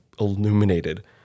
illuminated